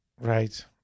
Right